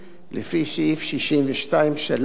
לפי סעיף 62(3)